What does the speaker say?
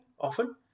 often